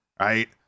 right